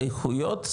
איכויות,